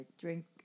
Drink